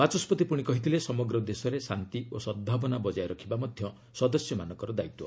ବାଚସ୍କତି ପୁଣି କହିଥିଲେ ସମଗ୍ର ଦେଶରେ ଶାନ୍ତି ଓ ସଦ୍ଭାବନା ବଜାୟ ରଖିବା ମଧ୍ୟ ସଦସ୍ୟମାନଙ୍କର ଦାୟିତ୍ୱ